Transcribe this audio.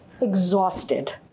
exhausted